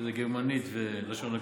שזה גרמנית ולשון הקודש,